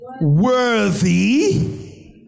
worthy